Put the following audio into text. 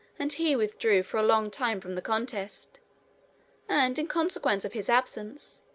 and he withdrew for a long time from the contest and, in consequence of his absence,